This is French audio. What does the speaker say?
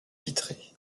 vitrées